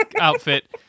outfit